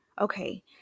Okay